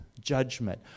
judgment